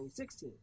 2016